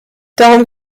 darum